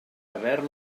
haver